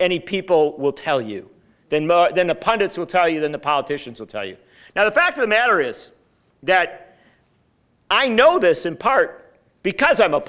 any people will tell you than than the pundits will tell you than the politicians will tell you now the fact of the matter is that i know this in part because i'm a